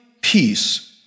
peace